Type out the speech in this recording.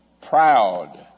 proud